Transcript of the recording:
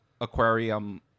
aquarium